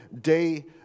day